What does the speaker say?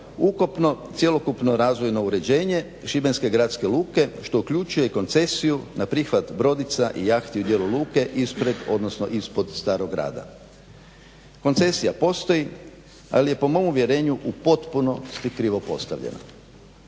ukupno cjelokupno razvojno uređenje Šibenske gradske luke što uključuje i koncesiju na prihvat brodica i jahti u dijelu luke ispred odnosno ispod starog grada. Koncesija postoji ali je po mom uvjerenju u potpunosti krivo postavljena,